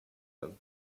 them